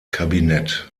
kabinett